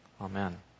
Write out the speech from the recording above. Amen